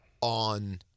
on